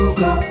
go